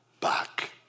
back